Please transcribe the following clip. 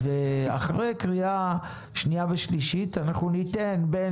ואחרי קריאה שנייה ושלישית אנחנו ניתן בין